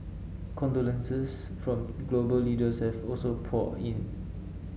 condolences from global leaders have also poured in